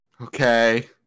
Okay